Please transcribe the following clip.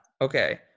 okay